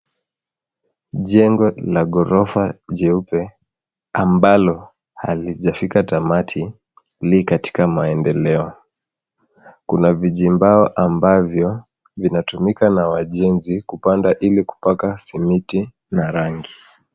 Jengo la ghorofa jeupe, ambalo halijafika tamati li katika maendeleo. Kuna vijimbao ambavyo vinatumika na wajenzi kupanda ili kupaka simiti na rangi.